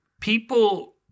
people